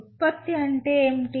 ఉత్పత్తి ఏమిటి